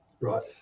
right